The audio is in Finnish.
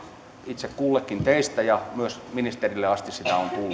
itse kullekin teistä ja myös ministerille asti sitä on tullut